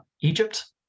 egypt